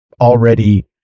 Already